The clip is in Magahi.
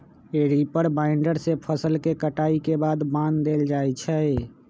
रीपर बाइंडर से फसल के कटाई के बाद बान देल जाई छई